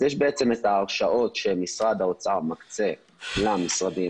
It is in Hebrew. יש ההרשאות שמשרד האוצר מקצה למשרדים